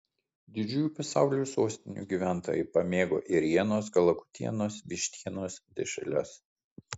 didžiųjų pasaulio sostinių gyventojai pamėgo ėrienos kalakutienos vištienos dešreles